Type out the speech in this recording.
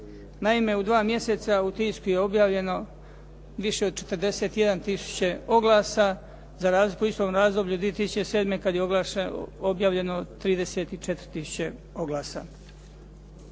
Naime, u dva mjesecu u tisku je objavljeno više od 41 tisuće oglasa za razliku od istog razdoblja 2007. kad je objavljeno 34 tisuće oglasa.